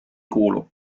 kuulu